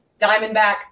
Diamondback